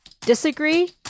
Disagree